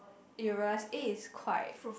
you realise eh it's quite